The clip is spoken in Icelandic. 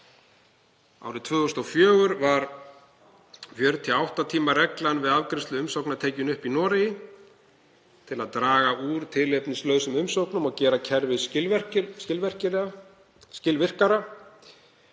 Árið 2004 var 48 tíma reglan við afgreiðslu umsókna tekin upp í Noregi til að draga úr tilefnislausum umsóknum og gera kerfið skilvirkara.